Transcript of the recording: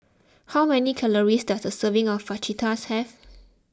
how many calories does a serving of Fajitas have